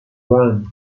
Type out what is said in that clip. ram